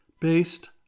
based